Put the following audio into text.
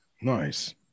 Nice